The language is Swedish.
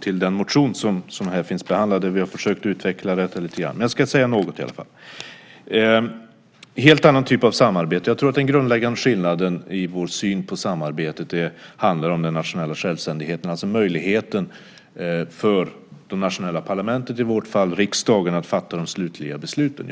till den motion som här finns behandlad där vi har försökt utveckla detta lite grann. Men jag ska säga något i alla fall. Vad det gäller en helt annan typ av arbete tror jag att den grundläggande skillnaden i vår syn på samarbetet handlar om den nationella självständigheten, alltså möjligheten för det nationella parlamentet, i vårt fall riksdagen, att fatta de slutliga besluten.